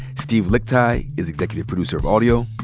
steve lickteig is executive producer of audio.